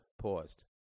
paused